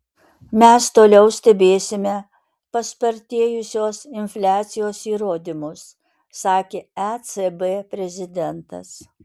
mes toliau stebėsime paspartėjusios infliacijos įrodymus sakė ecb prezidentas